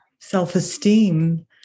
self-esteem